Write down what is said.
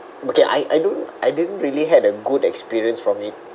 okay I don't I didn't really had a good experience from it